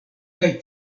kaj